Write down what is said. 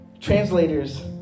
Translators